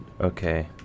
Okay